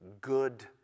good